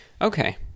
Okay